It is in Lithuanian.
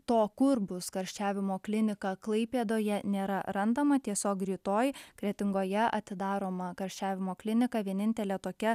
to kur bus karščiavimo klinika klaipėdoje nėra randama tiesiog rytoj kretingoje atidaroma karščiavimo klinika vienintelė tokia